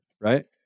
right